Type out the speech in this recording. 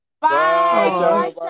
Bye